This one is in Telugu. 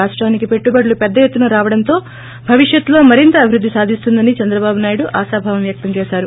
రాష్టానికి పెట్టుబడులు పెద్దఎత్తున రావడంతో భవిష్యత్ లో మరింత ప్రిభివృద్ది సాదిస్తుందని చంద్రబాబు నాయుడు ఆశాభావం వ్యక్తం చేశారు